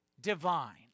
divine